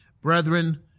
Brethren